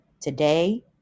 today